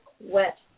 wet